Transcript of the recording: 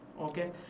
okay